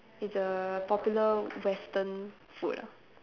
it's a popular Western food